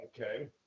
Okay